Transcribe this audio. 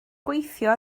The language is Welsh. gweithio